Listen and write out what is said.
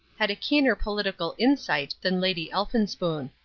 had a keener political insight than lady elphinspoon.